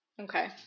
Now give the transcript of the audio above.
Okay